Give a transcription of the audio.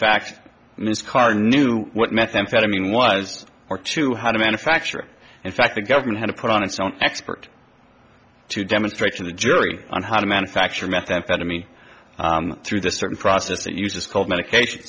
fact this car knew what methamphetamine was or to how to manufacture in fact the government had to put on its own expert to demonstrate to the jury on how to manufacture methamphetamine through this certain process it uses cold medication